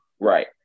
Right